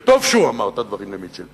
וטוב שהוא אמר את הדברים למיטשל,